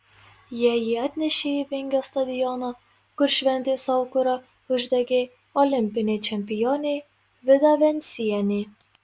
jie jį atnešė į vingio stadioną kur šventės aukurą uždegė olimpinė čempionė vida vencienė